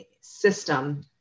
system